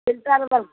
filter